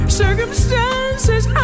circumstances